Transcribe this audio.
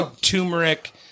turmeric